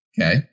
Okay